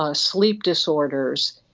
ah sleep disorders,